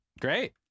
Great